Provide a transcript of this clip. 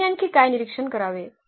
आम्ही आणखी काय निरीक्षण करावे